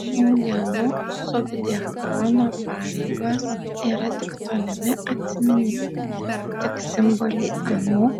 šių dienų subdiakono pareigos yra tik tolimi atsiminimai tik simboliai anų